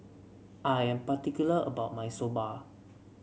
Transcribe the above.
I am particular about my Soba